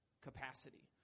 capacity